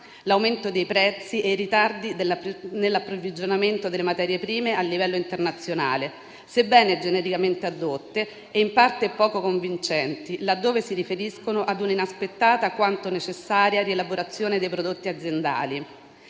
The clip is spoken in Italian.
l'aumento dei prezzi e i ritardi nell'approvvigionamento delle materie prime a livello internazionale), sebbene genericamente addotte, e in parte poco convincenti, laddove si riferiscono ad un'inaspettata quanto necessaria rielaborazione dei prodotti aziendali;